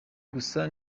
gusa